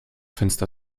fenster